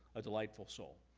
a delightful soul.